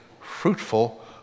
fruitful